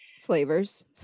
Flavors